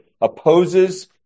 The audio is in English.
opposes